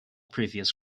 previous